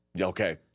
Okay